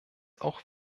auch